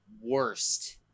worst